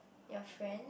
your friend